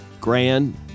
Grand